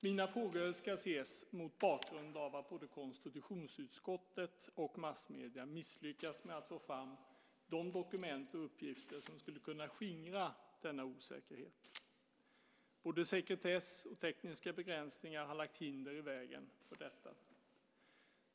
Mina frågor ska ses mot bakgrund av att både konstitutionsutskottet och massmedierna har misslyckats med att få fram de dokument och uppgifter som skulle kunna skingra denna osäkerhet. Både sekretess och tekniska begränsningar har lagt hinder i vägen för detta.